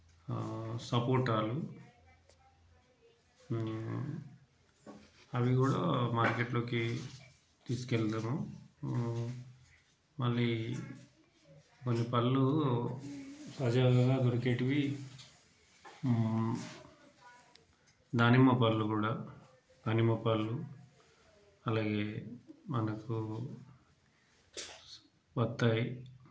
సపోటాలు అవి కూడా మార్కెట్లోకి తీసుకు వెళ్లారు మళ్ళీ కొన్ని పళ్ళు సహజంగా దొరికేటివి దానిమ్మ పళ్ళు కూడా దానిమ్మ పళ్ళు అలాగే మనకు బత్తాయి